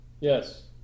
Yes